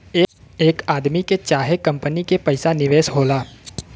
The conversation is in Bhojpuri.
एक आदमी के चाहे कंपनी के पइसा निवेश होला